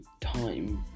time